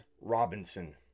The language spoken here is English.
Robinson